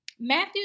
Matthew